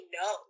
no